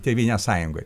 tėvynės sąjungoj